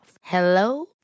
Hello